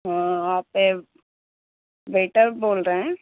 ہاں آپ ویٹر بول رہے ہیں